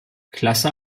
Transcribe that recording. klasse